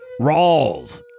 Rawls